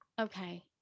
okay